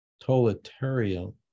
totalitarian